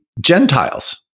Gentiles